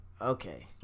okay